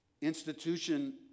institution